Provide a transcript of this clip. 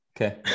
okay